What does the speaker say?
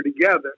together